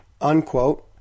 unquote